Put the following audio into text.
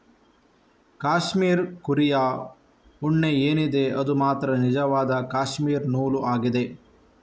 cashmere ಕುರಿಯ ಉಣ್ಣೆ ಏನಿದೆ ಅದು ಮಾತ್ರ ನಿಜವಾದ ಕ್ಯಾಶ್ಮೀರ್ ನೂಲು ಆಗಿದೆ